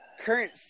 Current